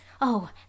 Oh